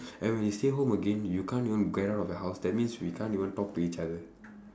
and when you stay home again you can't even get out of the house that means we can't even talk to each other